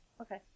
Okay